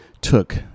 took